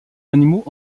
animaux